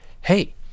hey